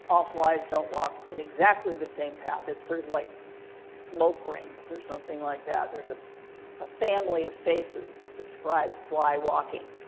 all flies don't walk in exactly the same path. it's sort of like smoke rings or something like that. there's a ah family of faces that describe fly-walking.